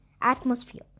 atmosphere